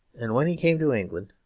and when he came to england,